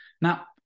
Now